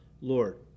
Lord